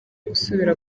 gusubira